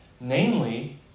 namely